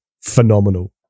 phenomenal